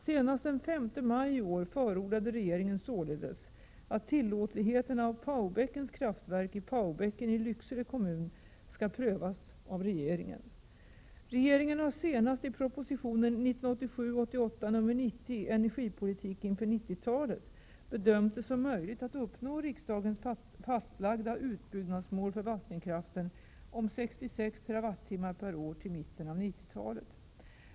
Senast den 5 maj i år förordnade regeringen kommun skall prövas av regeringen. Regeringen har senast i propositionen 1987 år till mitten av 90-talet.